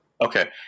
Okay